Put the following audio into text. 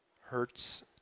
hurts